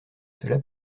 cela